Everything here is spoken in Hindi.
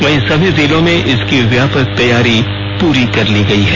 वहीं सभी जिलों में इसकी व्यापक तैयारी पूरी कर ली गई है